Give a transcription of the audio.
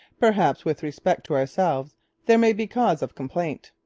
perhaps with respect to ourselves there may be cause of complaint.